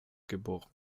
geboren